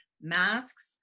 masks